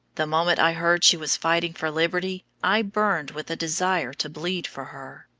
the moment i heard she was fighting for liberty, i burned with a desire to bleed for her.